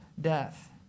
death